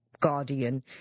guardian